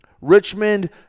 Richmond